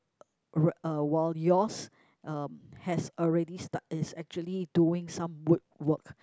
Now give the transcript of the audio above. right uh while yours uh has already start is actually doing some wood work